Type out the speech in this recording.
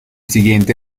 siguiente